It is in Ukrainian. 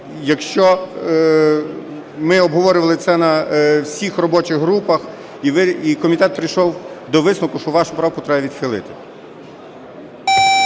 якщо... Ми обговорювали це на всіх робочих групах і комітет прийшов до висновку, що вашу правку треба відхилити.